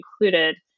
included